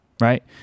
Right